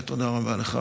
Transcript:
ותודה רבה לך,